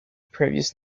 previous